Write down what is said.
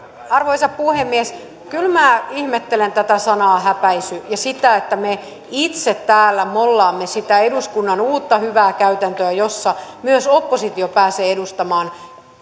arvoisa puhemies kyllä minä ihmettelen tätä sanaa häpäisy ja sitä että me itse täällä mollaamme sitä eduskunnan uutta hyvää käytäntöä jossa myös oppositio pääsee edustamaan